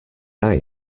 eye